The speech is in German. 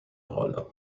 rolle